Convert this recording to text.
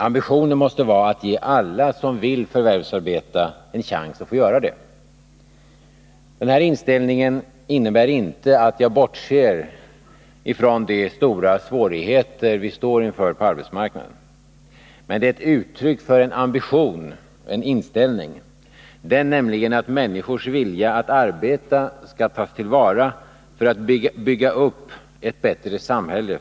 Ambitionen måste vara att ge alla som vill förvärvsarbeta en chans att göra det. Denna inställning innebär inte att jag bortser från de stora svårigheter vi står inför. Men den är uttryck för en ambition, en inställning, den nämligen, att människors vilja att arbeta skall tas till vara för att bygga upp ett bättre samhälle.